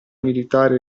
militare